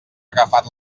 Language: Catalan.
agafat